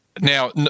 Now